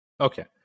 Okay